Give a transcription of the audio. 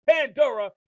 Pandora